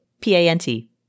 P-A-N-T